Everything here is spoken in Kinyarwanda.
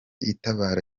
itabara